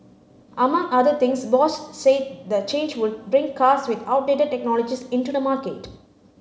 among other things Bosch said the change would bring cars with outdated technologies into the market